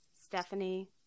Stephanie